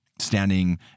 standing